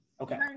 Okay